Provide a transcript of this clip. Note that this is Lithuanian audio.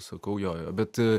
sakau jo jo bet